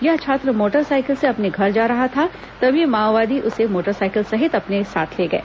यह छात्र मोटरसाइकिल से अपने घर जा रहा था तभी माओवादी उसे मोटरसाइकिल सहित अपने साथ ले गए